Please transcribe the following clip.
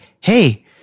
hey